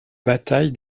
bataille